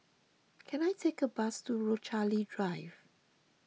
can I take a bus to Rochalie Drive